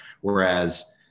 whereas